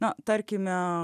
na tarkime